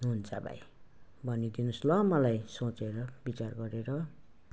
हुन्छ भाइ भनिदिनु होस् ल मलाई सोचेर विचार गरेर